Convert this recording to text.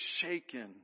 shaken